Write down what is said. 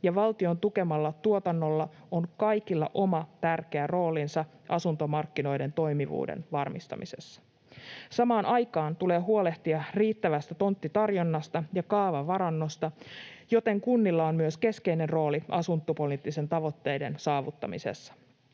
ja valtion tukemalla tuotannolla on kaikilla oma tärkeä roolinsa asuntomarkkinoiden toimivuuden varmistamisessa. Samaan aikaan tulee huolehtia riittävästä tonttitarjonnasta ja kaavavarannosta, joten myös kunnilla on keskeinen rooli asuntopoliittisten tavoitteiden saavuttamisessa.